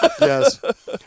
Yes